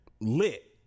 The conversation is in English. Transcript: lit